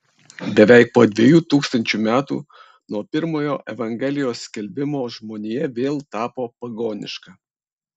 beveik po dviejų tūkstančių metų nuo pirmojo evangelijos skelbimo žmonija vėl tapo pagoniška